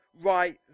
right